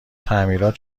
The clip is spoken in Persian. تعمیرات